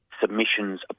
submissions